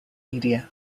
media